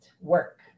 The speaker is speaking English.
work